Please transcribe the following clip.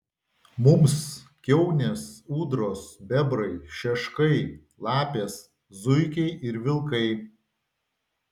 mums kiaunės ūdros bebrai šeškai lapės zuikiai ir vilkai